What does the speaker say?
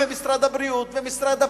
משרד הבריאות ומשרד הפנים,